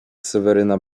seweryna